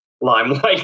limelight